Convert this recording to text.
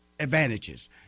advantages